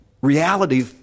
reality